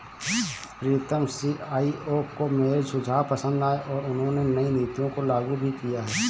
प्रीतम CEO को मेरे सुझाव पसंद आए हैं और उन्होंने नई नीतियों को लागू भी किया हैं